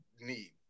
need